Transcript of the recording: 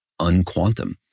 unquantum